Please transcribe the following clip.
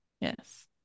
Yes